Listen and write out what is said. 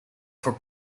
for